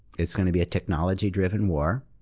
it's going to be a technology-driven war,